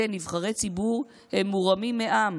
כן, נבחרי ציבור, הם מורמים מעם